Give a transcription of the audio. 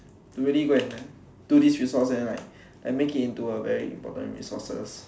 really go and like do this resource and like make it into a very important resources